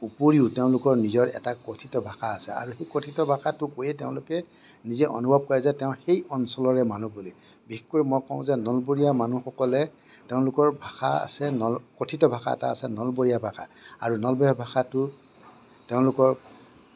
উপৰিও তেওঁলোকৰ নিজৰ এটা কথিত ভাষা আছে আৰু সেই কথিত ভাষাটো কৈয়ে তেওঁলোকে নিজে অনুভৱ কৰে যে তেওঁ সেই অঞ্চলৰে মানুহ বুলি বিশেষকৈ মই কওঁ যে নলবৰীয়া মানুহসকলে তেওঁলোকৰ ভাষা আছে নল কথিত ভাষা এটা আছে নলবৰীয়া ভাষা আৰু নলবৰীয়া ভাষাটো তেওঁলোকৰ